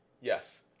Yes